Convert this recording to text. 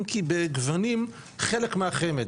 אם כי בגוונים חלק מהחמ"ד,